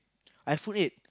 iPhone eight